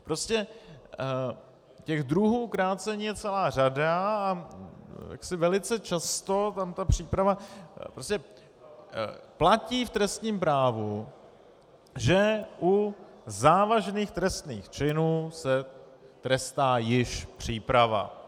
Prostě těch druhů krácení je celá řada a velice často tam ta příprava prostě platí v trestním právu, že u závažných trestných činů se trestá již příprava.